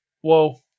Whoa